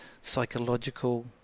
psychological